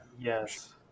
Yes